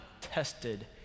tested